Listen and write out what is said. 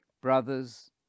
brothers